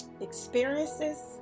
experiences